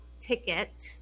ticket